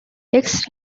rex